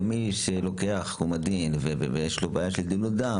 כמי שלוקח קומדין ויש לו בעיה של דילול דם